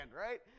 right